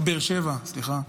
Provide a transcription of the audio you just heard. באר שבע, סליחה.